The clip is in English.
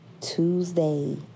Tuesday